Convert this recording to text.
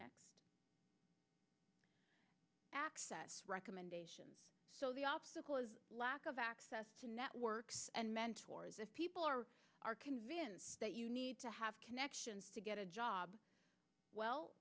access recommendations so the obstacle is lack of access to networks and mentors if people are are convinced that you need to have connections to get a job well